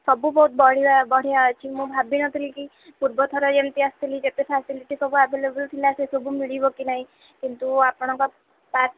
ସବୁ ବହୁତ ବଢ଼ିଆ ବଢ଼ିଆ ଅଛି ମୁଁ ଭାବି ନଥିଲି କି ପୂର୍ବ ଥର ଯେମିତି ଆସିଥିଲି ଯେତେ ଫ୍ୟାସିଲିଟି ସବୁ ଆଭେଲେବୁଲ୍ ଥିଲା ସେ ସବୁ ମିଳିବ କି ନାଇଁ କିନ୍ତୁ ଆପଣଙ୍କ ପାର୍କ